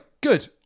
good